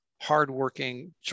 hardworking